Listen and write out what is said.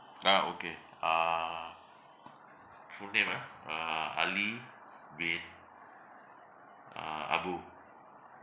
ah okay uh full name ah uh ali bin uh abu